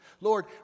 Lord